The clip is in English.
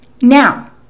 Now